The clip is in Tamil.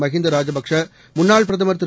மஹிந்தா ராஜபக்சே முன்னாள் பிரதமர் திரு